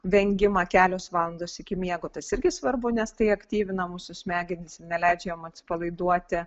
vengimą kelios valandos iki miego tas irgi svarbu nes tai aktyvina mūsų smegenis neleidžia jom atsipalaiduoti